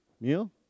meal